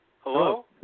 Hello